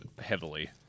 heavily